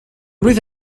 blwydd